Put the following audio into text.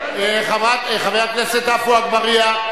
חבר הכנסת עפו אגבאריה.